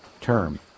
term